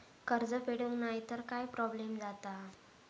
कर्ज फेडूक नाय तर काय प्रोब्लेम जाता?